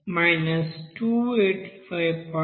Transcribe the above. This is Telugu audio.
84 ఇది హైడ్రోజన్ కోసం